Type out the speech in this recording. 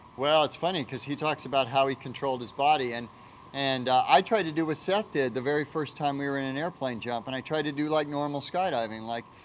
well, it's funny, cause he talks about how he controlled his body and and i tried to do what ah seth did the very first time we were in an airplane jump and i tried to do, like, normal skydiving, like,